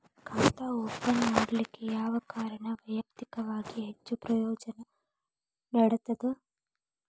ಖಾತಾ ಓಪನ್ ಮಾಡಲಿಕ್ಕೆ ಯಾವ ಕಾರಣ ವೈಯಕ್ತಿಕವಾಗಿ ಹೆಚ್ಚು ಪ್ರಯೋಜನ ನೇಡತದ?